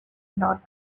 not